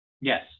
Yes